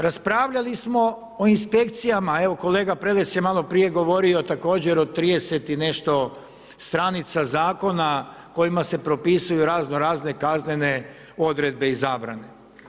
Raspravljali smo o inspekcijama, evo kolega Prelec je maloprije govorio također o 30 i nešto stranica zakona kojima se propisuju razno razne kaznene odredbe i zabrane.